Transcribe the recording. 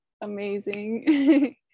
amazing